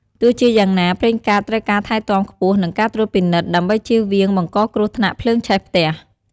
ទោះជាយ៉ាងណា ប្រេងកាតត្រូវការថែទាំខ្ពស់ និងការត្រួតពិនិត្យ ដើម្បីជៀសវាងបង្កគ្រោះថ្នាក់ភ្លើងឆេះផ្ទះ។